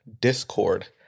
Discord